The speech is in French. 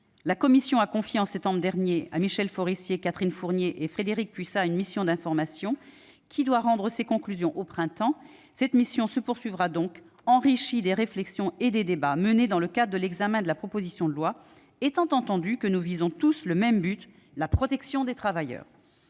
La commission a confié en septembre dernier à Michel Forissier, Catherine Fournier et Frédérique Puissat une mission d'information, qui doit rendre ses conclusions au printemps. Cette mission se poursuivra donc, enrichie des réflexions et des débats menés dans le cadre de l'examen de cette proposition de loi, étant entendu que nous visons tous le même but : la protection des travailleurs.